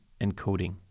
encoding